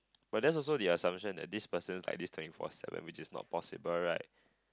but that's also the assumption that this person's like this twenty four seven which is not possible right